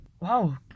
Wow